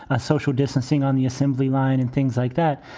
a social distancing on the assembly line and things like that.